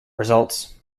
results